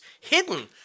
hidden